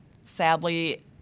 sadly